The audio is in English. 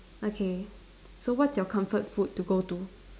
okay so what's your comfort food to go to